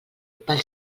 pel